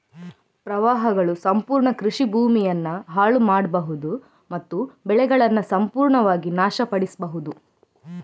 ಪ್ರವಾಹಗಳು ಸಂಪೂರ್ಣ ಕೃಷಿ ಭೂಮಿಯನ್ನ ಹಾಳು ಮಾಡ್ಬಹುದು ಮತ್ತು ಬೆಳೆಗಳನ್ನ ಸಂಪೂರ್ಣವಾಗಿ ನಾಶ ಪಡಿಸ್ಬಹುದು